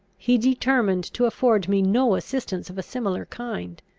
he determined to afford me no assistance of a similar kind.